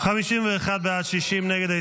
51 בעד, 60 נגד.